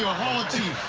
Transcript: hall teeth!